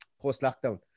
post-lockdown